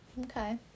Okay